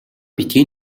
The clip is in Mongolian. битгий